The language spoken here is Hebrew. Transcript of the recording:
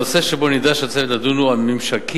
הנושא שבו נדרש הצוות לדון בו הוא הממשקים